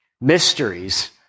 mysteries